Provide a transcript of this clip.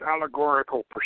allegorical